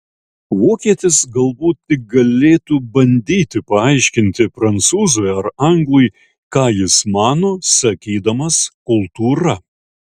vokietis galbūt tik galėtų bandyti paaiškinti prancūzui ar anglui ką jis mano sakydamas kultūra